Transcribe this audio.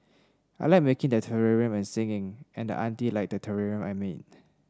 I like making the terrarium and singing and auntie liked the terrarium I made